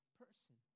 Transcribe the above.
person